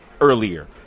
earlier